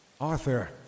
Arthur